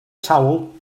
towel